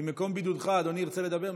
ממקום בידודך, אדוני ירצה לדבר?